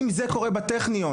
אם זה קורה בטכניון,